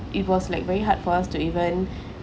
it was like very hard for us to even